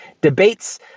Debates